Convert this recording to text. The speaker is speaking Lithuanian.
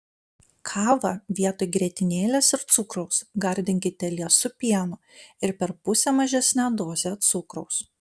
kavą vietoj grietinėlės ir cukraus gardinkite liesu pienu ir per pusę mažesne doze cukraus